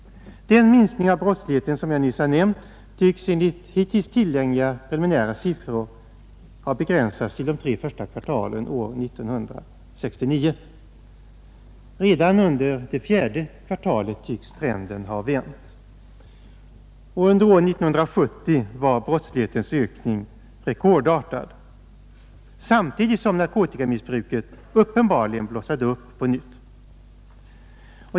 Den minskning av brottsligheten, som jag nyss nämnt, tycks enligt hittills tillgängliga preliminära siffror ha begränsats till de tre första kvartalen år 1969. Redan under det fjärde kvartalet tycks trenden ha vänt. Och under år 1970 var brottslighetens ökning rekordartad, samtidigt som narkotikamissbruket uppenbarligen blossade upp på nytt.